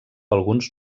alguns